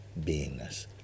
beingness